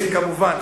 כמובן,